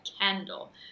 candle